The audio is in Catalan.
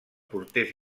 porters